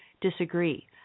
disagree